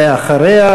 ואחריה,